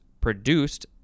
produced